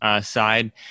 side